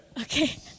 Okay